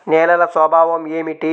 నేలల స్వభావం ఏమిటీ?